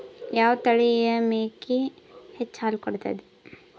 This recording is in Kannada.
ಯಾವ ತಳಿಯ ಮೇಕಿ ಹೆಚ್ಚ ಹಾಲು ಕೊಡತದ?